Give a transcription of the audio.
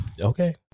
Okay